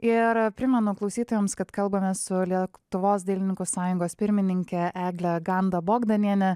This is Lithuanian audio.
ir primenu klausytojams kad kalbamės su lietuvos dailininkų sąjungos pirmininke egle ganda bogdaniene